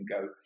go